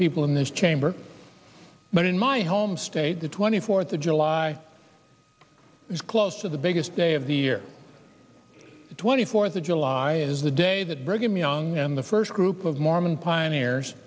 people in this chamber but in my home state the twenty fourth of july is close to the biggest day of the year the twenty fourth of july is the day that brigham young and the first group of mormon pioneers